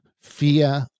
fear